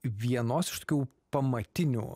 vienos iš tokių pamatinių